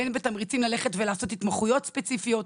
בין אם זה בתמריצים ללכת ולעשות התמחויות ספציפיות.